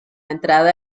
entrada